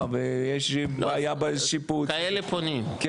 ויש לי בעיה בשיפוץ --- כאלה פונים,